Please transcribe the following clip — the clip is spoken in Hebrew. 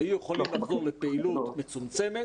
היו יכולים לחזור לפעילות מצומצמת